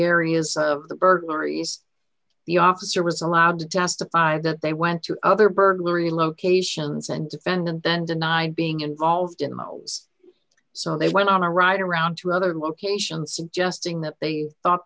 areas of the burglaries the officer was allowed to testify that they went to other burglary locations and defendant then denied being involved in so they went on a ride around to other locations suggesting that they thought